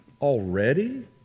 already